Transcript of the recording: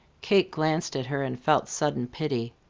kate glanced at her and felt sudden pity.